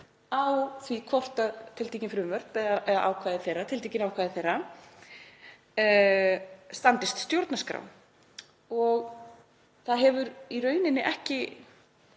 á því hvort tiltekin frumvörp eða tiltekin ákvæði þeirra standist stjórnarskrá. Það hefur í rauninni ekki